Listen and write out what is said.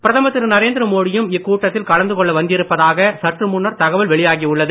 பிரதமர் திரு நரேந்திர மோடியும் இக்கூட்டத்தில் கலந்து கொள்ள வந்திருப்பதாக சற்று முன்னர் தகவல் வெளியாகி உள்ளது